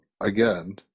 again